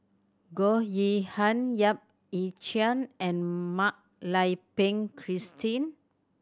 Goh Yihan Yap Ee Chian and Mak Lai Peng Christine